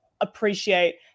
appreciate